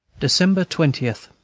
december twenty.